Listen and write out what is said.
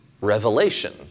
revelation